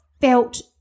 felt